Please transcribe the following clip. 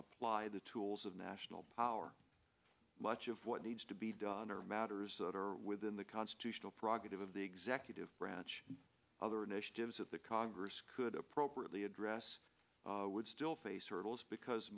apply the tools of national power much of what needs to be done are matters that are within the constitutional prerogatives of the executive branch other initiatives that the congress could appropriately address would still face hurdles because